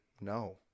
no